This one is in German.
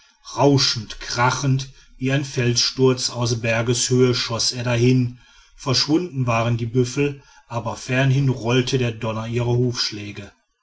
rauschend krachend wie ein felssturz aus bergeshöhe schoß er dahin verschwunden waren die büffel aber fernhin rollte der donner ihrer hufschläge